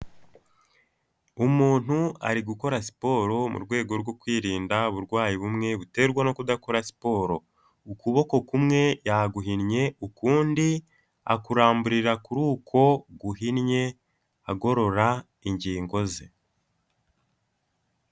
Umuntu ari gukora siporo mu rwego rwo kwirinda uburwayi bumwe buterwa no kudakora siporo. Ukuboko kumwe yaguhinnye ukundi akuramburira kuri uko guhinnye agorora ingingo ze.